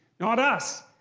not us!